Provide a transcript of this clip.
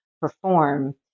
perform